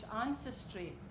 ancestry